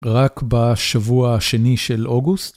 רק בשבוע השני של אוגוסט.